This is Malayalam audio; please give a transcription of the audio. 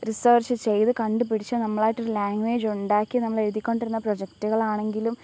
റിസേർച്ച് ചെയ്തു കണ്ടുപിടിച്ച് നമ്മൾ ആയിട്ടൊരു ലാംഗ്വേജുണ്ടാക്കി നമ്മൾ എഴുതിക്കൊണ്ടിരുന്ന പ്രൊജക്ടുകളാണെങ്കിലും